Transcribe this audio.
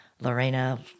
Lorena